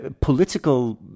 political